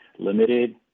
Limited